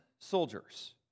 soldiers